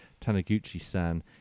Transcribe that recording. Taniguchi-san